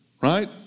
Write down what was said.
Right